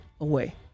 away